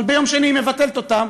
אבל ביום שני היא מבטלת אותו,